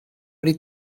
wedi